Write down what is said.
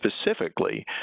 specifically